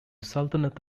sultanate